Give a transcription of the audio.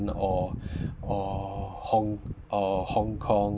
or or hong~ or hong kong